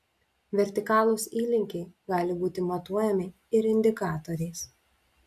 vertikalūs įlinkiai gali būti matuojami ir indikatoriais